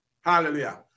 Hallelujah